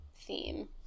theme